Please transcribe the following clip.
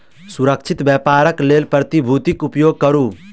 सुरक्षित व्यापारक लेल प्रतिभूतिक उपयोग करू